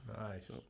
Nice